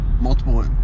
multiple